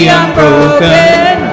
unbroken